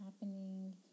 happening